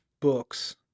books